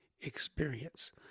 experience